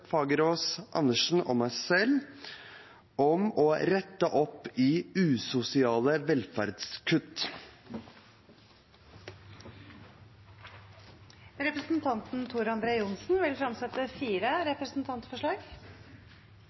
Fagerås, Karin Andersen og meg selv om å rette opp i usosiale velferdskutt. Representanten Tor André Johnsen vil fremsette fire representantforslag.